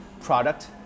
product